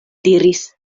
diris